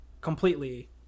completely